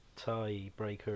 tiebreaker